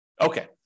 Okay